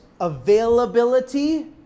availability